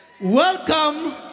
Welcome